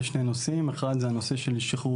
לשני נושאים אחד זה הנושא של שחרור